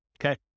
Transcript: okay